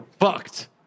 Fucked